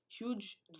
huge